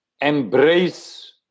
embrace